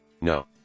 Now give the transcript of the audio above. No